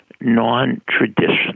non-traditional